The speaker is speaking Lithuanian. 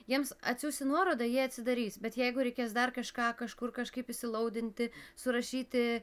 jiems atsiųsiu nuorodą jie atsidarys bet jeigu reikės dar kažką kažkur kažkaip įsilaudinti surašyti